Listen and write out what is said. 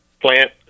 plant